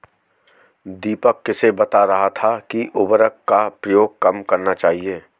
दीपक किसे बता रहा था कि उर्वरक का प्रयोग कम करना चाहिए?